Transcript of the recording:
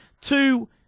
Two